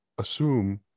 assume